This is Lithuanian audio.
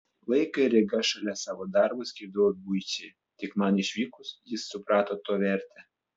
laiką ir jėgas šalia savo darbo skirdavau buičiai tik man išvykus jis suprato to vertę